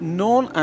known